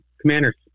commanders